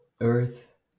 Earth